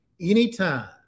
Anytime